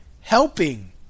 helping